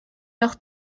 leur